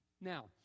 Now